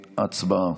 הצבעה.